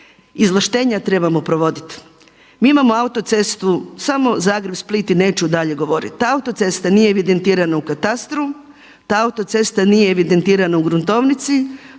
Izvlaštenja trebamo provoditi. Mi imamo autocestu samo Zagreb-Split i neću dalje govoriti. Ta autocesta nije evidentirana u katastru, ta autocesta nije evidentirana u gruntovnici,